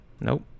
nope